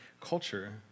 culture